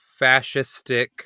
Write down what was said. fascistic